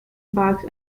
parks